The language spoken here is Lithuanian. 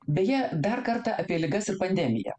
beje dar kartą apie ligas ir pandemiją